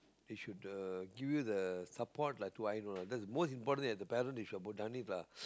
they should uh give you the support lah to I know that's most importantly as a parent they should have done it lah